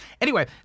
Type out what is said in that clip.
Anyway-